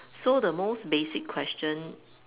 so the most basic question